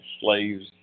slaves